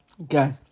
Okay